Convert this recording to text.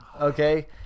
okay